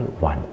One